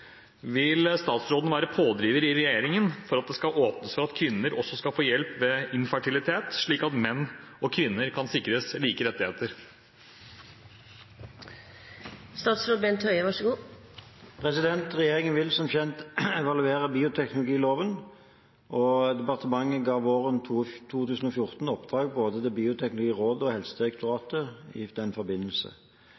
Vil statsråden være pådriver i regjeringen for at det skal åpnes for at kvinner også skal få hjelp ved infertilitet, slik at menn og kvinner sikres like rettigheter?» Regjeringen vil, som kjent, evaluere bioteknologiloven. Departementet ga våren 2014 oppdrag både til Bioteknologirådet og Helsedirektoratet i den forbindelse.